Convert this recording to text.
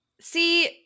See